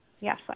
Yes